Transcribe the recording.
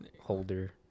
Holder